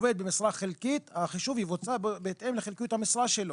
עובד במשרה חלקית החישוב יבוצע בהתאם לחלקיות המשרה שלו,